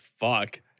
fuck